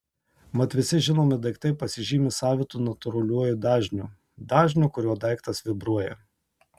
mat visi žinomi daiktai pasižymi savitu natūraliuoju dažniu dažniu kuriuo daiktas vibruoja